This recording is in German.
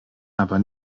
aber